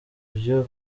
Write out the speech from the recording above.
byo